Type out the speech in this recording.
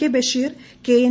K Basheer KN